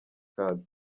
card